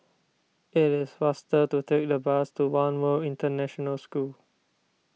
it is faster to take the bus to one World International School